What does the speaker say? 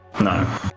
No